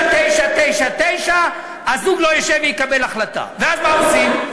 99.9999% שהזוג לא ישב ויקבל החלטה, ואז מה עושים?